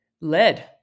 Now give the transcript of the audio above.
lead